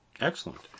Excellent